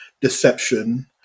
deception